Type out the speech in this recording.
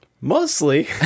Mostly